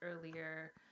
earlier